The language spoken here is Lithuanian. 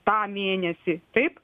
tą mėnesį taip